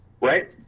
right